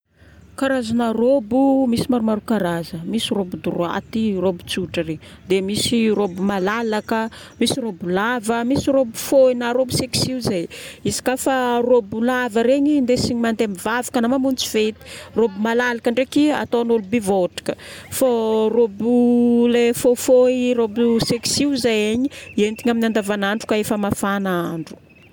Karazagna rôbo, misy maromaro karazagna. Misy rôbo droaty, rôbo tsotra regny. Dia misy rôbo malalaka, misy rôbo lava, misy rôbo fohy na rôbo sexy hoy zahay. Izy ka fa rôbo lava regny, ndesigna mandeha mivavaka na mamonjy fety. Rôbo malalaka ndraiky, ataon'olo bivondraka. Fô rôbo le fohifohy, rôbo sexy hoy zahay igny, entigna amin'ny andavanandro ka efa mafana andro.